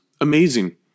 amazing